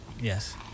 Yes